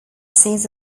sees